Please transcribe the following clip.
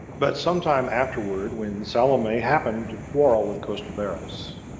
but some time afterward, when salome happened to quarrel with costobarus,